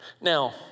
Now